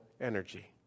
energy